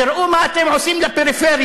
תראו מה אתם עושים לפריפריה.